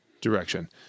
direction